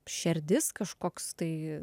šerdis kažkoks tai